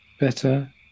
better